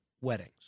weddings